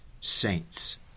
saints